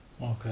okay